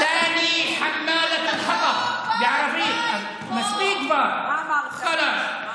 טלי, (אומר בערבית ומתרגם:) מספיק כבר, חלאס.